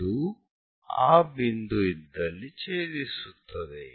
ಅದು ಆ ಬಿಂದು ಇದ್ದಲ್ಲಿ ಛೇದಿಸುತ್ತದೆ